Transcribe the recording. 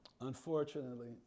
Unfortunately